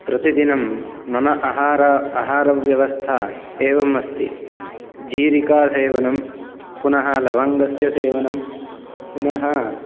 प्रतिदिनं मम आहार आहारव्यवस्था एवम् अस्ति जीरिकासेवनं पुनः लवङ्गस्य सेवनं पुनः